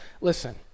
listen